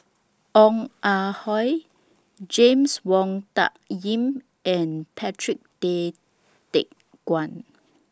Ong Ah Hoi James Wong Tuck Yim and Patrick Tay Teck Guan